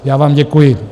Já vám děkuji.